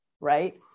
right